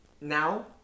now